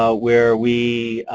ah where we